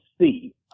see